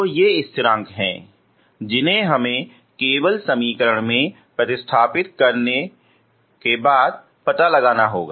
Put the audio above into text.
तो ये स्थिरांक हैं जिन्हें हमें केवल समीकरण में प्रतिस्थापित करके पता लगाना होगा